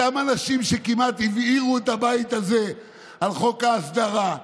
אותם אנשים שכמעט הבעירו את הבית הזה על חוק ההסדרה,